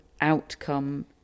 outcome